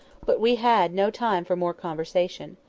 but we had no time for more conversation.